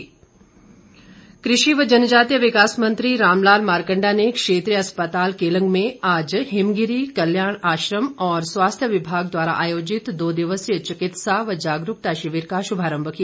मारकंडा कृषि व जनजातीय विकास मंत्री रामलाल मारकंडा ने क्षेत्रीय अस्पताल केलंग में आज हिमगिरी कल्याण आश्रम और स्वास्थ्य विभाग द्वारा आयोजित दो दिवसीय चिकित्सा व जागरूकता शिविर का शुभारम्भ किया